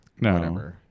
No